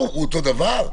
הוא אותו דבר?